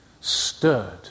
Stirred